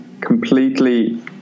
completely